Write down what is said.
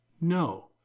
no